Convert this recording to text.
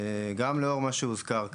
גם לאור מה שהוזכר כאן.